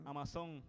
Amazon